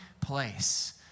place